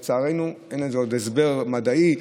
לצערנו, אין לזה הסבר מדעי.